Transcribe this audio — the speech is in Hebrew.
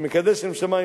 שמקדש שם שמים,